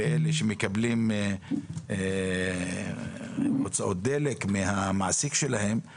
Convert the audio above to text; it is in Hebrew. ואלה שמקבלים הוצאות דלק מהמעסיק שלהם,